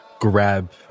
grab